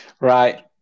Right